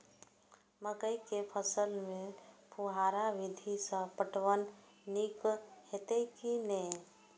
मकई के फसल में फुहारा विधि स पटवन नीक हेतै की नै?